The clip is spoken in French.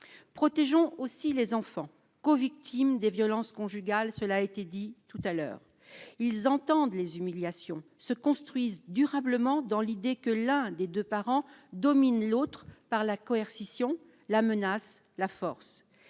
protégeons aussi les enfants co-victimes des violences conjugales, cela a été dit tout à l'heure, ils entendent les humiliations se construise durablement dans l'idée que l'un des 2 parents domine l'autre par la coercition la menace, la force,